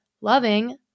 loving